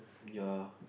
ya